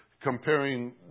comparing